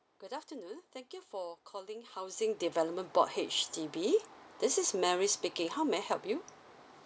good afternoon thank you for calling housing development board H_D_B this is mary speaking how may I help you